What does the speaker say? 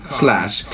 slash